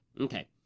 Okay